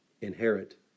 inherit